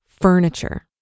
furniture